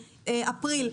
באפריל,